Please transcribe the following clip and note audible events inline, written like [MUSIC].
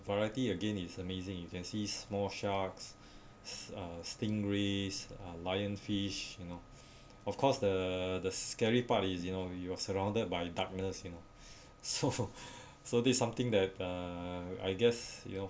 variety again is amazing you can see small sharks uh stingrays uh lion fish you know of course the the scary part is you know you're surrounded by darkness you know so [LAUGHS] so this something that uh I guess you know